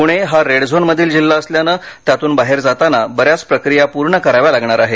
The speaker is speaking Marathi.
पुणे हा रेड झोन मधील जिल्हा असल्यानं त्यातून बाहेर जाताना बऱ्याच प्रक्रिया पूर्ण कराव्या लागणार आहेत